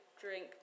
drink